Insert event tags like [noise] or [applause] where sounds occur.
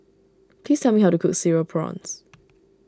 please tell me how to cook Cereal Prawns [noise]